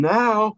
now